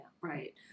right